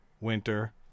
winter